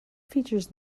featured